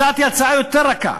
הצעתי הצעה יותר רכה,